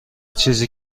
چیزی